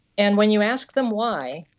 and when you ask them why,